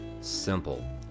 Simple